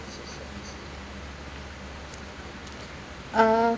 uh